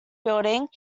building